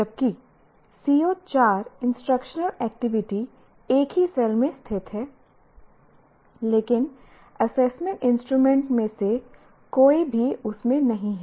जबकि CO4 instructional activity एक ही सेल में स्थित है लेकिन एसेसमेंट इंस्ट्रूमेंट में से कोई भी उस में नहीं है